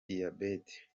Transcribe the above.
diyabete